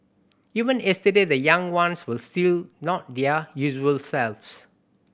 even yesterday the young ones were still not their usual selves